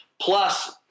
plus